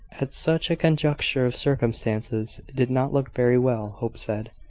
at such a conjuncture of circumstances, did not look very well, hope said